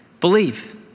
believe